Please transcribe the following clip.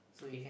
okay